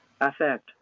affect